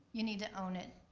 you need to own it.